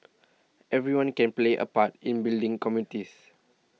everyone can play a part in building communities